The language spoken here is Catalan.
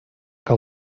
que